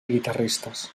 guitarristes